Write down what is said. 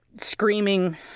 screaming